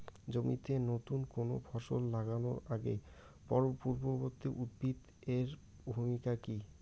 জমিতে নুতন কোনো ফসল লাগানোর আগে পূর্ববর্তী উদ্ভিদ এর ভূমিকা কি?